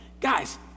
Guys